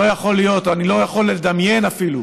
לא יכול להיות, או אני לא יכול לדמיין אפילו,